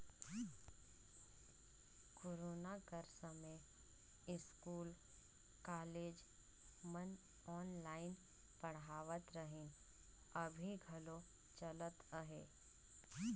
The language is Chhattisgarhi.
कोरोना कर समें इस्कूल, कॉलेज मन ऑनलाईन पढ़ावत रहिन, अभीं घलो चलत अहे